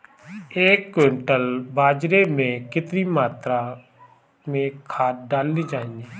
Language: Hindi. एक क्विंटल बाजरे में कितनी मात्रा में खाद डालनी चाहिए?